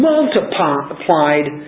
Multiplied